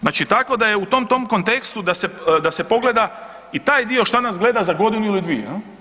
Znači, tako da je u tom kontekstu da se pogleda i taj dio šta nas gleda za godinu ili dvije.